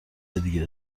دیگه